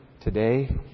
today